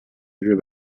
日本